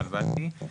התבלבלתי.